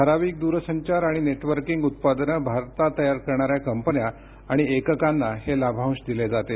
ठराविक द्रसंचार आणि नेटवर्किंग उत्पादनं भारतात तयार करणाऱ्या कंपन्या आणि एककांना हे लाभांश दिले जातील